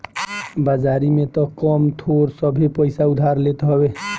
बाजारी में तअ कम थोड़ सभे पईसा उधार लेत हवे